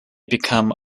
become